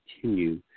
Continue